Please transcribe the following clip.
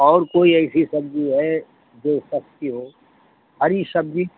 और कोई ऐसी सब्जी है जो सस्ती हो हरी सब्जी